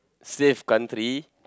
safe country